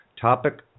topic